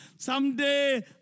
Someday